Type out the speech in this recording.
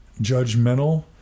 judgmental